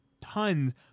tons